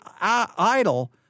idle